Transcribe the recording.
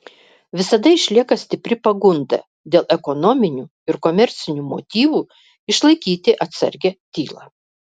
visada išlieka stipri pagunda dėl ekonominių ir komercinių motyvų išlaikyti atsargią tylą